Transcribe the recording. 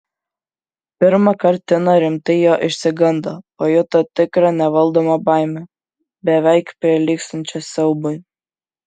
pirmąkart tina rimtai jo išsigando pajuto tikrą nevaldomą baimę beveik prilygstančią siaubui